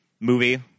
movie